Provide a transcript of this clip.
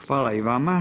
Hvala i vama.